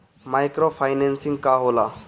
Micro financing का होला?